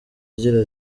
agira